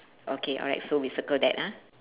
okay alright so we circle that ah